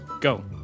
Go